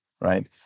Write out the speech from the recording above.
right